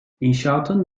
i̇nşaatın